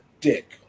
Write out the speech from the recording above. dick